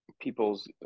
people's